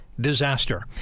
Disaster